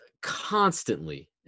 constantly